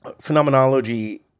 phenomenology